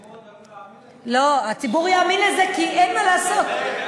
מירי, הציבור עוד עלול להאמין לזה.